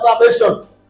salvation